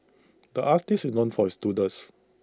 the artist is known for his doodles